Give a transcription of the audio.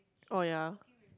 oh ya